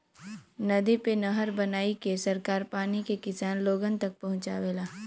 नदी पे नहर बनाईके सरकार पानी के किसान लोगन तक पहुंचावेला